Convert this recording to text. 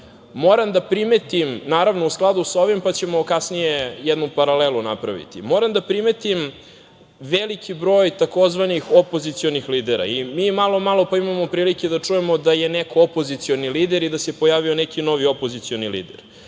Moram da primetim, naravno, u skladu sa ovim, pa ćemo kasnije jednu paralelu napraviti, moram da primetim veliki broj tzv. opozicionih lidera. Mi malo, malo pa imamo prilike da čujemo da je neko opozicioni lider i da se pojavio neki novi opozicioni lider.